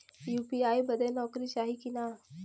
UPI बदे नौकरी चाही की ना?